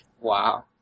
Wow